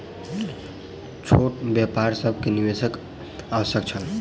छोट व्यापार सभ के निवेशक आवश्यकता छल